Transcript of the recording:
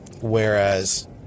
whereas